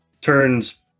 turns